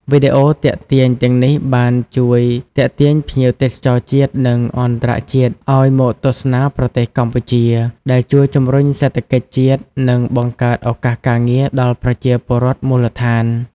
វីដេអូទាក់ទាញទាំងនេះបានជួយទាក់ទាញភ្ញៀវទេសចរជាតិ និងអន្តរជាតិឱ្យមកទស្សនាប្រទេសកម្ពុជា ដែលជួយជំរុញសេដ្ឋកិច្ចជាតិ និងបង្កើតឱកាសការងារដល់ប្រជាពលរដ្ឋមូលដ្ឋាន។